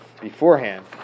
beforehand